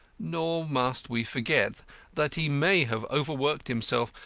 nor must we forget that he may have overworked himself,